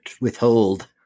withhold